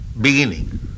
beginning